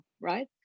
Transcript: right